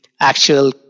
actual